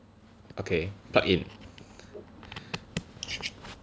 okay plug in